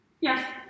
Yes